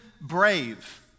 brave